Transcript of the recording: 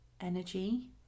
energy